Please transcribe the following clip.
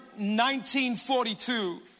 1942